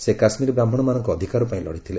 ସେ କାଶ୍କୀର ବ୍ରାହ୍କଶମାନଙ୍କ ଅଧିକାର ପାଇଁ ଲଡିଥିଲେ